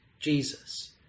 Jesus